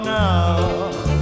now